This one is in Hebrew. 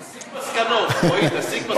תסיק מסקנות, רועי, תסיק מסקנות.